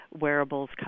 wearables